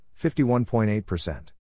51.8%